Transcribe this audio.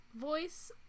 voice